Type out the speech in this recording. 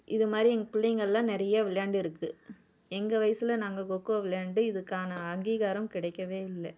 இது மாதிரி எங்கள் பிள்ளைங்கெல்லாம் நிறைய விளையாண்டிருக்கு எங்கள் வயிசில் நாங்கள் கொக்கோ விளையாண்டு இதுக்கான அங்கீகாரம் கிடைக்கவே இல்லை